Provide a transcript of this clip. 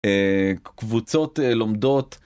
קבוצות לומדות.